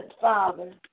Father